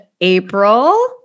April